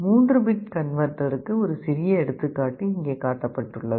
3 bit கன்வெர்ட்டருக்கு ஒரு சிறிய எடுத்துக்காட்டு இங்கே காட்டப்பட்டுள்ளது